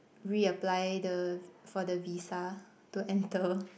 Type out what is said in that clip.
re-apply the for the visa to enter